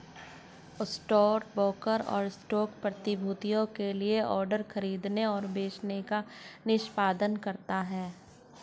stockbroker stock प्रतिभूतियों के लिए ऑर्डर खरीदने और बेचने का निष्पादन करता है